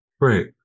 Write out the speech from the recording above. Right